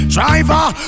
Driver